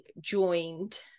joined